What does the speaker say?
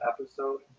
episode